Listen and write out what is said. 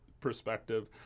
perspective